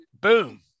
boom